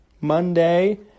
Monday